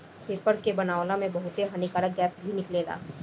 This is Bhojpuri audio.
पेपर के बनावला में बहुते हानिकारक गैस भी निकलेला